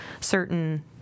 certain